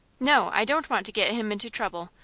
no, i don't want to get him into trouble,